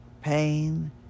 pain